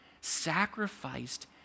sacrificed